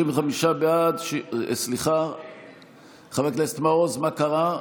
מעוז, מה קרה?